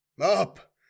Up